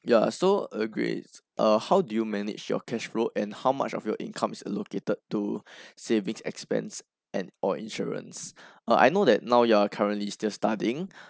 ya so agree err how did you manage your cash flow and how much of your income is allocated to savings expense and or insurance I know that now you are currently still studying